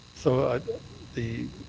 so the